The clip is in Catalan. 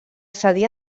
cedí